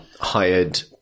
hired